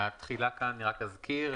התחילה כאן רק אזכיר,